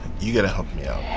you gotta help